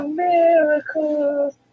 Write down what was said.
miracles